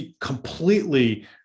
completely